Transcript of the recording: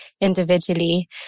individually